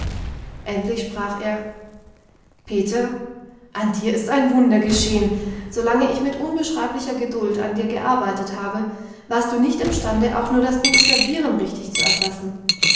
endlich sprach er peter an dir ist ein wunder geschehen solange ich mit unbeschreiblicher geduld an dir gearbeitet habe warst du nicht imstande auch nur das buchstabieren richtig zu erfassen